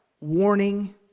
warning